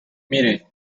mire